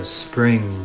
spring